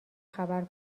خبر